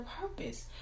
purpose